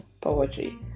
poetry